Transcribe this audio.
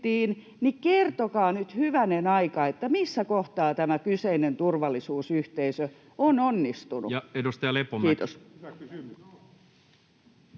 Kertokaa nyt, hyvänen aika, missä kohtaa tämä kyseinen turvallisuusyhteisö on onnistunut.